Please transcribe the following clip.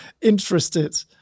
interested